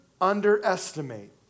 underestimate